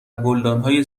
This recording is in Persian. گلدانهای